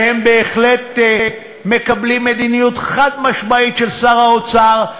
והם בהחלט מקבלים מדיניות חד-משמעית של שר האוצר,